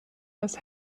als